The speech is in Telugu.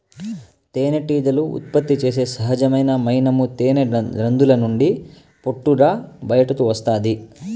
తేనెటీగలు ఉత్పత్తి చేసే సహజమైన మైనము తేనె గ్రంధుల నుండి పొట్టుగా బయటకు వస్తాది